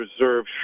Reserve